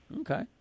Okay